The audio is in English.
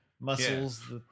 muscles